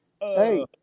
Hey